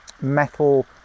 metal